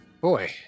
boy